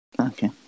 Okay